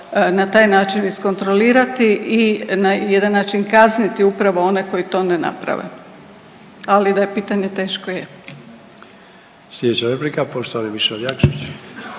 na taj način iskontrolirati i na jedan način kazniti upravo one koji to ne naprave. Ali da je pitanje teško, je. **Sanader, Ante (HDZ)** Sljedeća replika poštovani Mišel Jakšić.